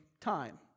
time